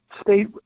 state